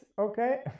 okay